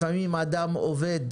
לפעמים אדם עובד